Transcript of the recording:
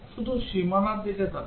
শুধু সীমানার দিকে তাকান